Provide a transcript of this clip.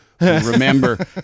remember